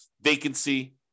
vacancy